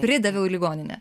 pridaviau į ligoninę